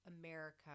America